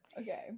Okay